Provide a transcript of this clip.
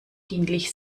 dienlich